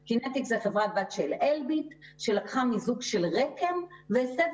"קינטיקס" זו חברת בת של "אלביט" שלקחה מיזוג של רק"ם והסבה